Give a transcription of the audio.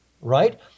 right